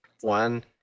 one